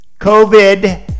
COVID